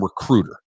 recruiter